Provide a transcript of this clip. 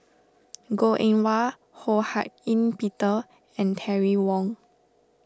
Goh Eng Wah Ho Hak Ean Peter and Terry Wong